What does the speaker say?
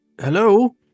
Hello